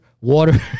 water